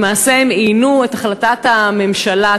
למעשה הם איינו את החלטת הממשלה.